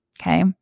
Okay